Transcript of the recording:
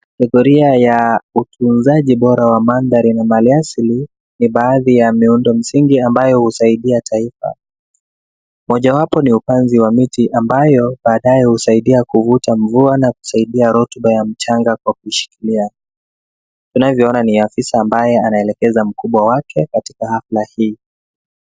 Kategoria ya utunzaji bora wa mandhari na maliasili ni baadhi ya miundo msingi ambayo husaidia taifa. Mojawapo ni upanzi wa miti ambayo baadaye husaidia kuvuta mvua na kusaidia rutuba ya mchanga kwa kuishikilia. Tunavyoona ni afisa ambaye anaelekeza mkubwa wake katika hafla hii.